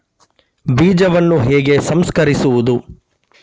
ಬೀಜವನ್ನು ಹೇಗೆ ಸಂಸ್ಕರಿಸುವುದು?